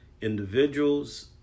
individuals